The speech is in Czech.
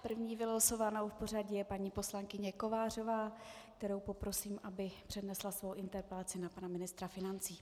První vylosovanou v pořadí je paní poslankyně Kovářová, kterou poprosím, aby přednesla svou interpelaci na pana ministra financí.